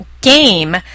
game